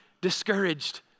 discouraged